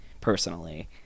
personally